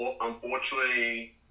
unfortunately